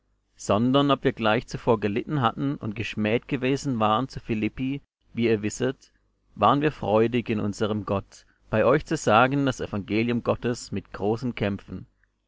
sondern ob wir gleich zuvor gelitten hatten und geschmäht gewesen waren zu philippi wie ihr wisset waren wir freudig in unserm gott bei euch zu sagen das evangelium gottes mit großen kämpfen